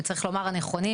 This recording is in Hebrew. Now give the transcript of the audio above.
וצריך לומר נכונים,